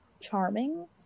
charming